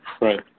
Right